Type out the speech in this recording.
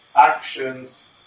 actions